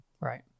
Right